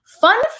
Fun